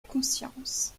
conscience